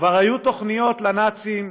כבר היו תוכניות לנאצים,